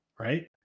right